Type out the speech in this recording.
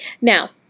Now